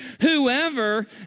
Whoever